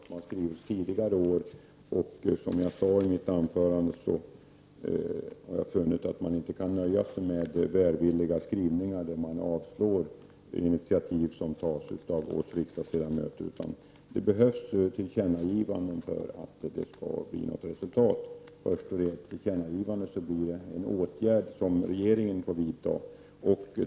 Fru talman! Jag har läst vad som har skrivits i betänkandet, och jag har läst vad som har skrivits tidigare år. Som jag sade i mitt anförande har jag funnit att man inte kan nöja sig med välvilliga skrivningar där initiativ som tas av oss riksdagsledamöter avslås, utan det behövs tillkännagivanden för att det skall bli något resultat. Först när det blir fråga om ett tillkännagivande rör det sig om en åtgärd som regeringen får vidta.